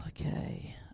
Okay